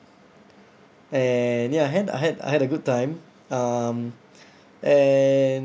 and ya I had I had I had a good time um and